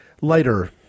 lighter